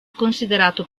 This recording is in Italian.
considerato